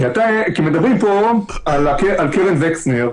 כי מדברים פה על קרן וקסנר,